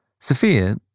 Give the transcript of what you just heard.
Sophia